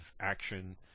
Action